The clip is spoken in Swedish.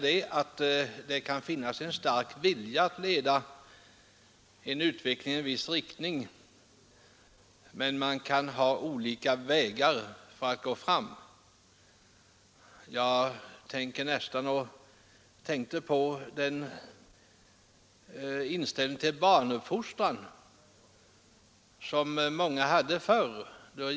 Det kan finnas en stark vilja att leda denna utveckling i en viss riktning, men man kan gå fram på olika vägar. Låt mig dra en parallell med den inställning till barnuppfostran som många hade förr.